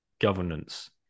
governance